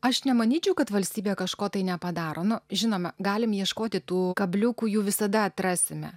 aš nemanyčiau kad valstybė kažko tai nepadaro nu žinoma galim ieškoti tų kabliukų jų visada atrasime